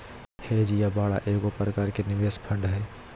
hedge या बाड़ा एगो प्रकार के निवेश फंड हय